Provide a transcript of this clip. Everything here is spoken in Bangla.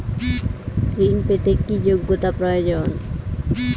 ঋণ পেতে কি যোগ্যতা প্রয়োজন?